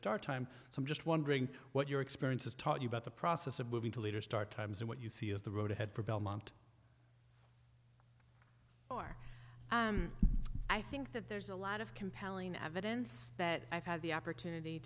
start time so i'm just wondering what your experience has taught you about the process of moving to leaders start times and what you see as the road ahead for belmont or i think that there's a lot of compelling evidence that i've had the opp